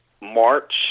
March